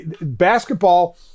basketball